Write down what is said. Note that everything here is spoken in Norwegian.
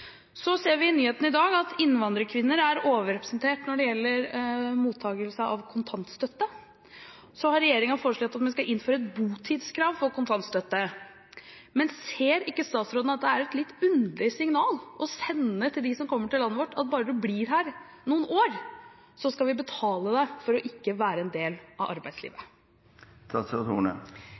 Så ser vi i nyhetene i dag at innvandrerkvinner er overrepresentert når det gjelder mottakelse av kontantstøtte. Så har regjeringen foreslått at vi skal innføre et botidskrav for kontantstøtte. Men ser ikke statsråden at det er et litt underlig signal å sende til dem som kommer til landet vårt, at bare du blir her noen år, skal vi betale deg for ikke å være en del av